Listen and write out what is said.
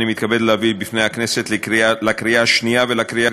אני מתכבד להביא בפני הכנסת לקריאה שנייה ולקריאה